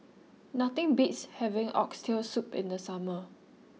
nothing beats having Oxtail Soup in the summer